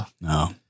no